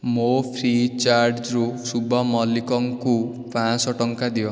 ମୋ Freecharge ରୁ ଶୁଭ ମଲ୍ଲିକଙ୍କୁ ପାଞ୍ଚଶହ ଟଙ୍କା ଦିଅ